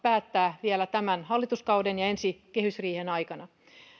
päättää vielä tämän hallituskauden ja ensi kehysriihen aikana